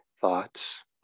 thoughts